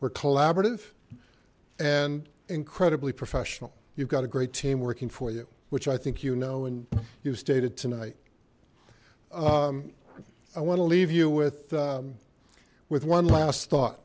we're collaborative and incredibly professional you've got a great team working for you which i think you know and you've stated tonight i want to leave you with with one last